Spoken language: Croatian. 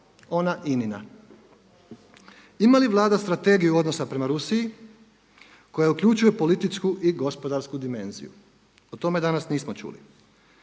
ona INA-ina. Ima li Vlada Strategiju odnosa prema Rusiji koja uključuje političku i gospodarsku dimenziju? O tome danas nismo čuli.